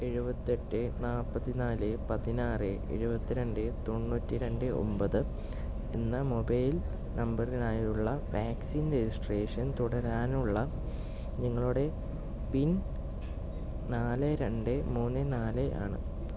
എഴുപത്തെട്ട് നാപ്പത്തി നാല് പതിനാറ് എഴുപത്തി രണ്ട് തൊണ്ണൂറ്റി രണ്ട് ഒമ്പത് എന്ന മൊബൈൽ നമ്പറിനായുള്ള വാക്സിൻ രജിസ്ട്രേഷൻ തുടരാനുള്ള നിങ്ങളുടെ പിൻ നാല് രണ്ട് മൂന്ന് നാല് ആണ്